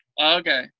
Okay